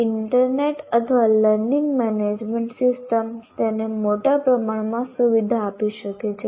internet અથવા learning management system તેને મોટા પ્રમાણમાં સુવિધા આપી શકે છે